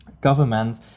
government